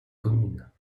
communes